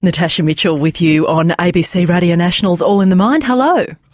natasha mitchell with you on abc radio national's all in the mind hello.